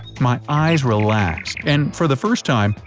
my eyes relaxed, and for the first time,